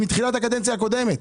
מתחילת הקדנציה הקודמת.